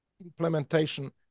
implementation